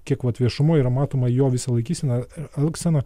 kiek vat viešumoj yra matoma jo visa laikysena ir elgsena